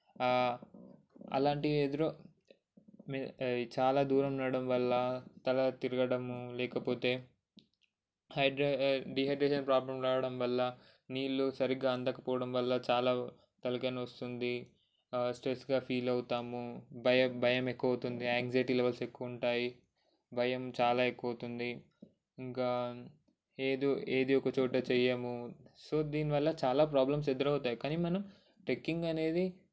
అలాంటివి ఎదురు చాలా దూరం నడవడం వల్ల తల తిరగడము లేకపోతే హైడ్రా డిహైడ్రేషన్ ప్రాబ్లం రావడం వల్ల నీళ్లు సరిగ్గా అందకపోవడం వల్ల చాలా తలకాయ నొస్తుంది స్ట్రెస్గా ఫీల్ అవుతాము భయం భయం ఎక్కువవుతుంది ఆక్సిటీ లెవెల్స్ ఎక్కువ ఉంటాయి భయం చాలా ఎక్కువవుతుంది ఇంకా ఏదో ఏదో ఒక చోట చేయము సో దీనివల్ల చాలా ప్రాబ్లమ్స్ ఎదురవుతాయి కానీ మనం ట్రెక్కింగ్ అనేది